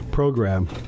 Program